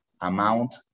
amount